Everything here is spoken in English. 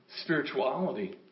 spirituality